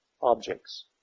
Objects